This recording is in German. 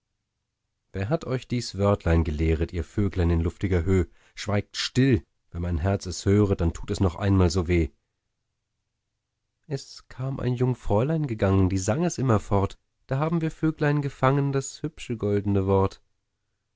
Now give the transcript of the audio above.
wer hat euch dies wörtlein gelehret ihr vöglein in luftiger höh schweigt still wenn mein herz es höret dann tut es noch einmal so weh es kam ein jungfräulein gegangen die sang es immerfort da haben wir vöglein gefangen das hübsche goldne wort